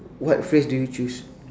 what phrase do you choose